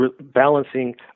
balancing